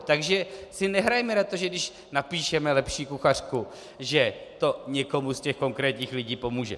Takže si nehrajme na to, že když napíšeme lepší kuchařku, že to někomu z konkrétních lidí pomůže.